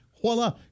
voila